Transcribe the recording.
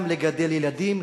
גם לגדל ילדים,